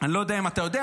אני לא יודע אם אתה יודע,